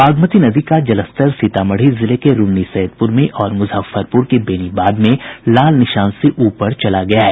बागमती नदी का जलस्तर सीतामढ़ी जिले के रून्नीसैदपुर में और मुजफ्फरपुर के बेनीबाद में लाल निशान से ऊपर चला गया है